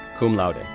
cum laude,